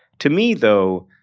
to me, though,